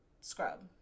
scrub